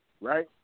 right